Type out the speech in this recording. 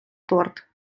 торт